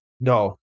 No